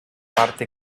parte